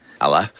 Hello